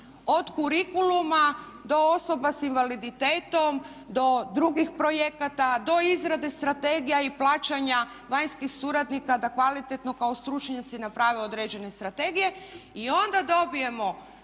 od kurikuluma do osoba s invaliditetom, do drugih projekata, do izrade strategija i plaćanja vanjskih suradnika da kvalitetno kao stručnjaci naprave određene strategije. I onda dobijemo